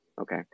okay